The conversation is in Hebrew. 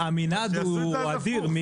המנעד הוא אדיר.